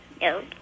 No